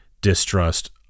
distrust